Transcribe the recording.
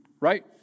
right